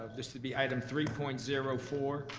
this would be item three point zero four,